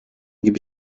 gibi